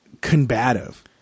combative